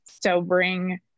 sobering